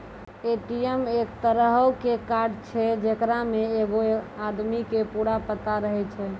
ATM एक तरहो के कार्ड छै जेकरा मे एगो आदमी के पूरा पता रहै छै